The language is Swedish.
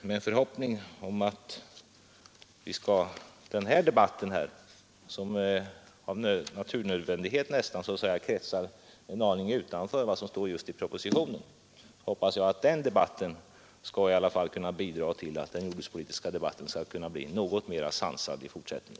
Min förhoppning är att den här diskussionen, som nästan av naturnödvändighet kretsar en aning utanför vad som står just i propositionen, i alla fall skall kunna bidra till att den jordbrukspolitiska debatten kan bli något mera sansad i fortsättningen.